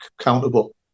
accountable